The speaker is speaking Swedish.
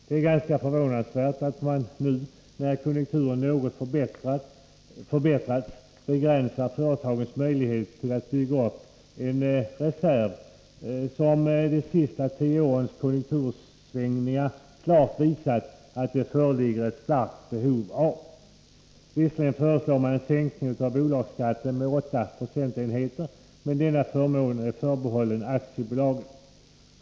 Det är ganska förvånansvärt att man nu när konjunkturen något förbättrats begränsar företagens möjligheter att bygga upp en reserv som de senaste tio årens konjunktursvängningar klart visat att det föreligger ett starkt behov av. Visserligen föreslår man en sänkning av bolagsskatten med åtta procentenheter, men denna förmån är förbehållen aktiebolagen.